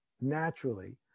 naturally